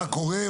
מה קורה?